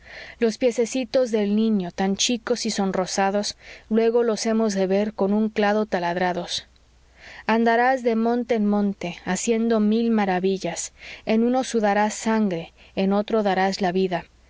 los piececitos del niño tan chicos y sonrosados luego los hemos de ver con un clavo taladrados andarás de monte en monte haciendo mil maravillas en uno sudarás sangre en otro darás la vida